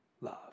love